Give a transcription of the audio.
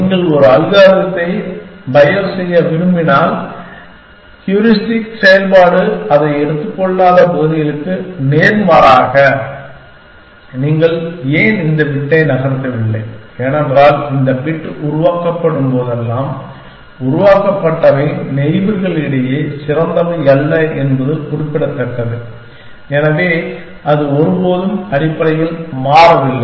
நீங்கள் ஒரு அல்காரிதத்தை பயோஸ் செய்ய விரும்பினால் ஹூரிஸ்டிக் செயல்பாடு அதை எடுத்துக் கொள்ளாத பகுதிகளுக்கு நேர்மாறாக நீங்கள் ஏன் இந்த பிட்டை நகர்த்தவில்லை ஏனென்றால் இந்த பிட் உருவாக்கப்படும் போதெல்லாம் உருவாக்கப்பட்டவை நெய்பர்களிடையே சிறந்தவை அல்ல என்பது குறிப்பிடத்தக்கது எனவே அது ஒருபோதும் அடிப்படையில் மாறவில்லை